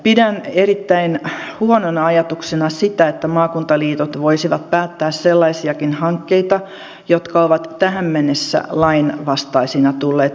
pidän erittäin huonona ajatuksena sitä että maakuntaliitot voisivat päättää sellaisiakin hankkeita jotka ovat tähän mennessä lainvastaisina tulleet karsituiksi